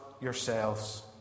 yourselves